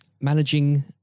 managing